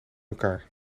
elkaar